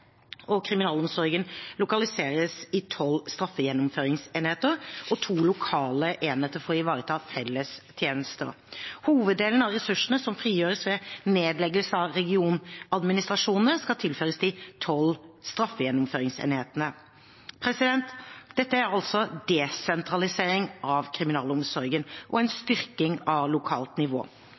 og kriminalomsorgen lokaliseres i tolv straffegjennomføringsenheter og to lokale enheter for å ivareta fellestjenester. Hoveddelen av ressursene som frigjøres ved nedleggelse av regionadministrasjonene, skal tilføres de tolv straffegjennomføringsenhetene. Dette er altså desentralisering av kriminalomsorgen og en styrking av lokalt nivå.